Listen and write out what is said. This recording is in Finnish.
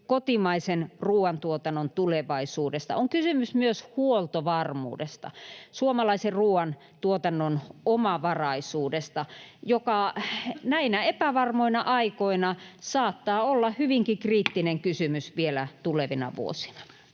kotimaisen ruuantuotannon tulevaisuudesta, on kysymys myös huoltovarmuudesta, suomalaisen ruuantuotannon omavaraisuudesta, joka näinä epävarmoina aikoina saattaa olla hyvinkin kriittinen kysymys vielä tulevina vuosina.